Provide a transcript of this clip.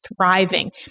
thriving